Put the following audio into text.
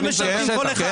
לא נמצאים בשטח?